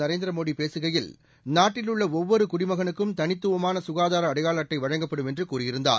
நரேந்திர மோடி பேசுகையில் நாட்டில் உள்ள ஒவ்வொரு குடிமகனுக்கும் தனித்துவமான சுகாதார அடையாள அட்டை வழங்கப்படும் என்று கூறியிருந்தார்